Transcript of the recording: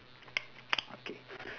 okay